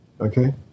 Okay